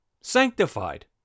sanctified